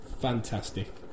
fantastic